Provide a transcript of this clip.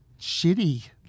shitty